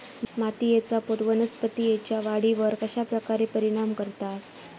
मातीएचा पोत वनस्पतींएच्या वाढीवर कश्या प्रकारे परिणाम करता?